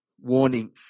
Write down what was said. warning